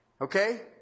Okay